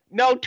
no